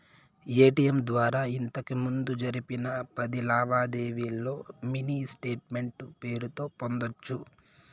ATM ద్వారా ఇంతకిముందు జరిపిన పది లావాదేవీల్లో మినీ స్టేట్మెంటు పేరుతో పొందొచ్చు